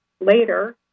later